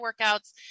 workouts